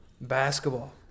basketball